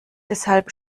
deshalb